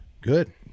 Good